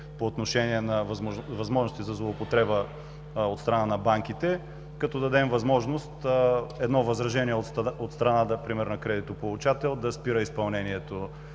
по отношение на възможности за злоупотреба от страна на банките, като дадем възможност едно възражение от страна например на кредитополучател да спира изпълнението